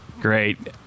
great